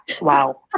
Wow